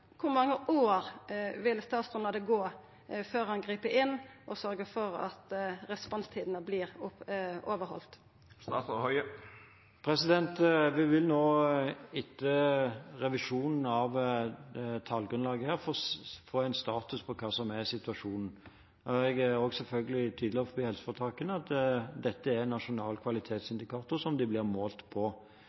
mange år vil statsråden la det gå før han grip inn og sørgjer for at responstidene vert overhaldne? Vi vil etter revisjonen av tallgrunnlaget få en status for hva som er situasjonen. Jeg er selvfølgelig tydelig overfor helseforetakene på at dette er en nasjonal kvalitetsindikator som de blir målt på.